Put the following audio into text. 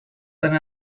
than